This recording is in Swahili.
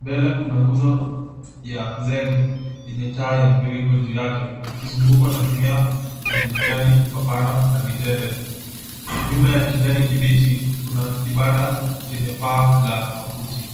Mbele kuna nguzo ya zege yenye taa ya mviringo juu yake ikizungukwa na mimea yenye majani mapana na mitende. Nyuma ya kijani kibichi kuna kibanda chenye paa la makuti.